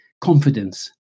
confidence